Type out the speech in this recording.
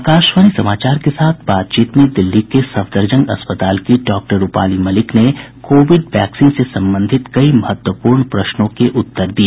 आकाशवाणी समाचार के साथ बातचीत में दिल्ली के सफदरजंग अस्पताल की डॉक्टर रूपाली मलिक ने कोविड वैक्सीन से संबंधित कई महत्वपूर्ण प्रश्नों के उत्तर दिए